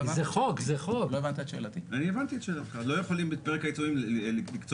התנהלות מקצועית טובה ונכונה בתחום הכשרות